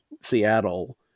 Seattle